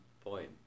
point